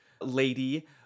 lady